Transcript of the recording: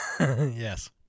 Yes